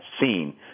seen